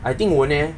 I think won't eh